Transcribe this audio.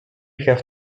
have